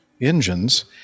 engines